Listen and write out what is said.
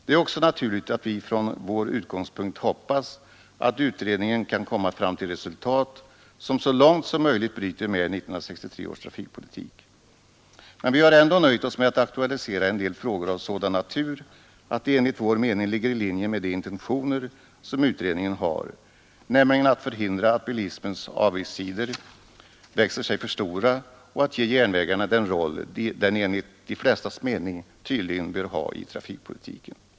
Det är också naturligt att vi från vår utgångspunkt hoppas att utredningen kan komma fram till resultat som så långt som möjligt bryter med 1963 års trafikpolitik. Men vi har ändå nöjt oss med att aktualisera en del frågor av sådan natur att de enligt vår mening ligger i linje med de intentioner som utredningen har, nämligen att förhindra att bilismens avigsidor växer sig för stora samt att ge järnvägarna den roll de enligt de flestas mening tydligen bör ha i trafikpolitiken.